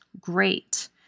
great